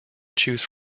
choose